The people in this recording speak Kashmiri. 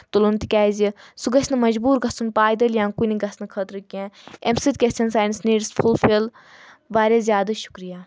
تُلُن تِکیازِ سُہ گژھِ نہٕ مجبوٗر گژھُن پایدٔلۍ کیٚنہہ یا کُنہِ گژھنہٕ خٲطرٕ کینٛہہ اَمہِ سۭتۍ گژھن سٲنِس نیٖڈٕس فُلفِل واریاہ زیادٕ شُکریہ